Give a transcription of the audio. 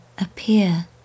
appear